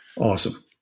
Awesome